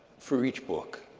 for each book.